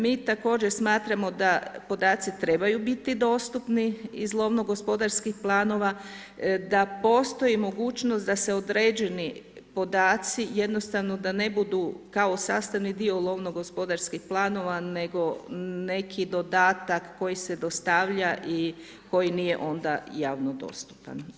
Mi također smatramo da podaci trebaju biti dostupni iz lovno-gospodarskih planova, da postoji mogućnost da se određeni podaci jednostavno da ne budu kao sastavni dio lovno-gospodarskih planova nego neki dodatak koji se dostavlja i koji nije onda javno dostupan.